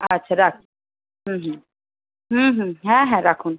আচ্ছা রাখছি হুম হুম হুম হুম হ্যাঁ হ্যাঁ রাখুন